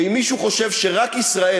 ואם מישהו חושב שרק ישראל,